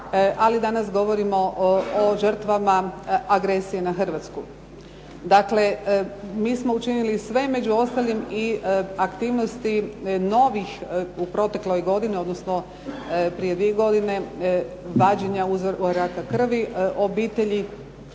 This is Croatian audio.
Ali danas govorimo o žrtvama agresije na Hrvatsku. Dakle, mi smo učinili sve, među ostalim i aktivnosti novih u protekloj godini, odnosno prije 2 godine vađenja uzoraka krvi obitelji